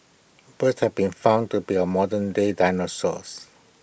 birds have been found to be our modern day dinosaurs